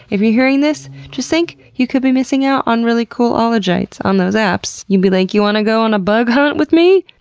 if you're hearing this, just think you could be missing out on really cool ologites on those apps. you could be like, you want to go on a bug hunt with me?